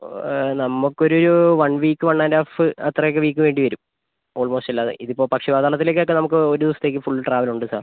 നമുക്ക് ഒരു one week one and half അത്ര ഒക്കെ വീക്ക് വേണ്ടി വരും ഓൾമോസ്റ്റ് അല്ലാതെ ഇതിപ്പോൾ പക്ഷിപാതാളത്തിലേക്ക് ഒക്കെ നമുക്ക് ഒരു ദിവസത്തേക്ക് ഫുൾ ട്രാവൽ ഉണ്ട് സർ